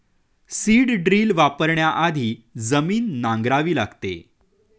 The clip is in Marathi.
सीड ड्रिल वापरण्याआधी जमीन नांगरावी लागते